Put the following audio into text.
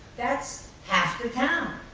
that's half the town.